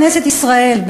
כנסת ישראל,